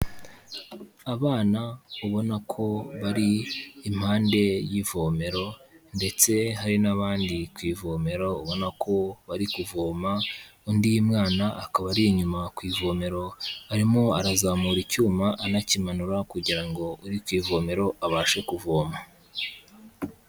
Abana ubona ko bari impande y'ivomero, ndetse hari n'abandi ku ivomero ubona ko bari kuvoma, undi mwana akaba ari inyuma ku ivomero, arimo arazamura icyuma anakimanura kugira ngo uri kwivomero abashe kuvoma.